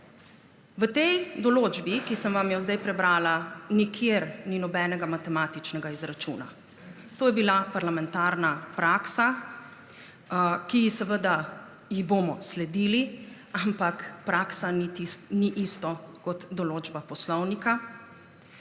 V tej določbi, ki sem vam jo zdaj prebrala, ni nikjer nobenega matematičnega izračuna. To je bila parlamentarna praksa, ki ji bomo sledili, ampak praksa ni isto kot določba poslovnika.